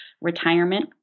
retirement